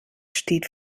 steht